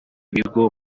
bigo